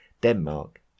Denmark